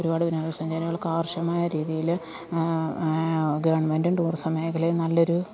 ഒരുപാട് വിനോദസഞ്ചാരികൾക്ക് ആവശ്യമായ രീതിയിൾ ഗവൺമെൻറും ടൂറിസം മേഖലയും നല്ലൊരു